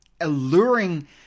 alluring